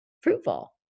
fruitful